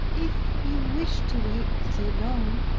if you wish to wait so long!